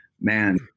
man